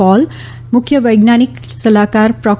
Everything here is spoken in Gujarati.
પૉલ મુખ્ય વૈજ્ઞાનિક સલાહકાર પ્રો